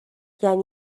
یعنی